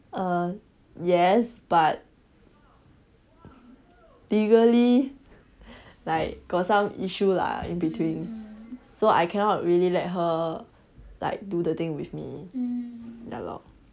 err yes but legally like got some issue lah in between so I cannot really let her like do the thing with me ya lor